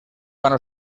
ganó